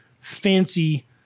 fancy